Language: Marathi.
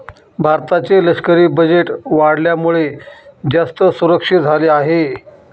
भारताचे लष्करी बजेट वाढल्यामुळे, जास्त सुरक्षित झाले आहे